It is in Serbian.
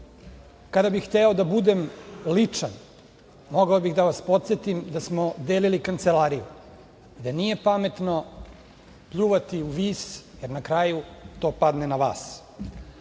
bih hteo da budem ličan, mogao bih da vas podsetim da smo delili kancelariju, da nije pametno pljuvati u vis, jer na kraju to padne na vas,